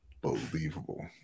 believable